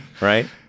Right